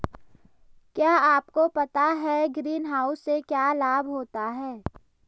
क्या आपको पता है ग्रीनहाउस से क्या लाभ होता है?